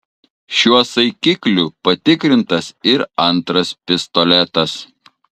šiuo saikikliu patikrintas ir antras pistoletas